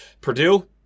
Purdue